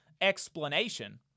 explanation